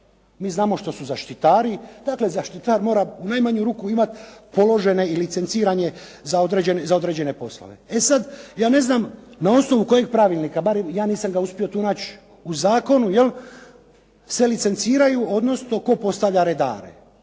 Mi znamo što su zaštitari. Dakle, zaštitar mora u najmanju ruku imati položene i licenciranje za određene poslove. E sada, ja ne znam na osnovu kojeg pravilnika barem ja nisam ga uspio tu naći u zakonu se licenciraju odnosno tko postavlja redare